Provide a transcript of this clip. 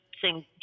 sing